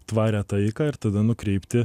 tvarią taiką ir tada nukreipti